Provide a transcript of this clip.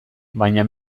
baina